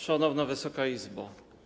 Szanowna Wysoka Izbo!